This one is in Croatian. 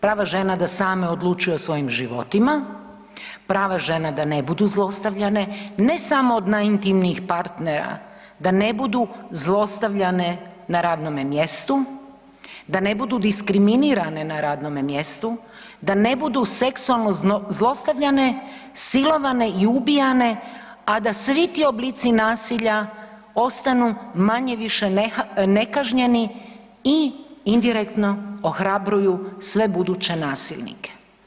Prava žena da same odlučuju o svojim životima, prava žena da ne budu zlostavljane, ne samo od najintimnijih partnera, da ne budu zlostavljanje na radnome mjestu, da ne budu diskriminirane na radnome mjestu, da ne budu seksualno zlostavljanje, silovane i ubijane, a da svi ti oblici nasilja ostanu manje-više nekažnjeni i indirektno ohrabruju sve buduće nasilnike.